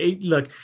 look